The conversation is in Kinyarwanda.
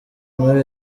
muri